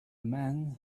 man